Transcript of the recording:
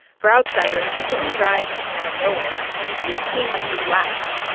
for outsiders, putin's rise came out of nowhere, and it didn't seem like he'd last.